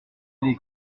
est